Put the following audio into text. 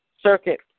circuit